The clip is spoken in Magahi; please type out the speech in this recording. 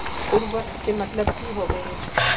उर्वरक के मतलब की होबे है?